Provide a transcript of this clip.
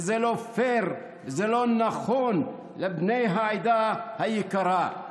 וזה לא פייר וזה לא נכון לבני העדה היקרה.